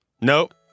Nope